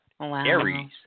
Aries